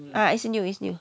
uh it's new it's new